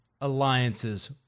Alliances